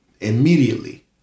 immediately